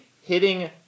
hitting